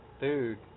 Dude